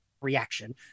reaction